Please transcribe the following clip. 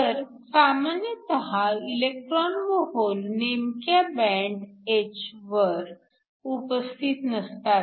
तर सामान्यतः इलेक्ट्रॉन व होल नेमक्या बँड h वर उपस्थित नसतात